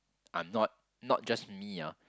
I'm not not just me ah